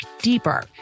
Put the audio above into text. deeper